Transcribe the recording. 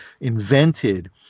invented